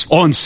on